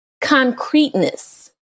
concreteness